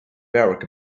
barack